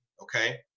okay